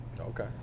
Okay